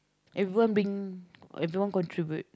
everyone being everyone contribute